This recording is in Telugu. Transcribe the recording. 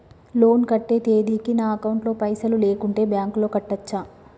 లోన్ కట్టే తేదీకి నా అకౌంట్ లో పైసలు లేకుంటే బ్యాంకులో కట్టచ్చా?